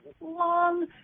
long